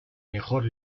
mejor